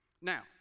Now